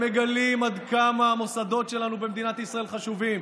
מגלים עד כמה המוסדות שלנו במדינת ישראל חשובים.